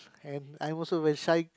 and I also very shy